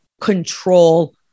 Control